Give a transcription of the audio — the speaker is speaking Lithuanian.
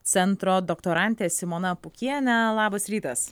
centro doktorantė simona pūkienė labas rytas